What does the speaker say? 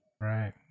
Right